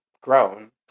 grown